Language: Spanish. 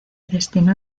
destinó